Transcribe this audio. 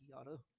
auto